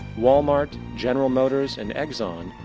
walmart, general motors and exxon,